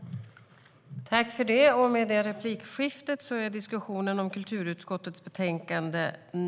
Vi skulle ha gjort det för länge sedan.